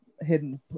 hidden